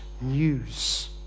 news